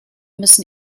müssen